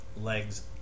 legs